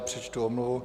Přečtu omluvu.